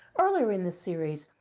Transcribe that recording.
earlier in this series,